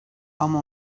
ama